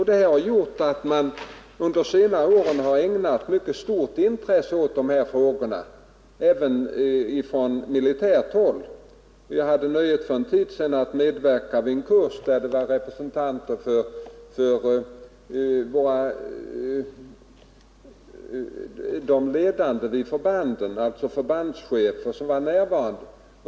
Det har gjort att man under de senare åren har ägnat mycket stort intresse åt de här frågorna även från militärt håll. Jag hade för en tid sedan nöjet att medverka vid en kurs där flera förbandschefer var närvarande.